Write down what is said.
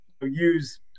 use